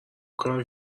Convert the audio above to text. کار